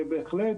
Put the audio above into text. ובהחלט